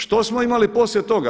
Što smo imali poslije toga?